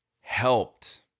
helped